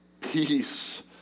peace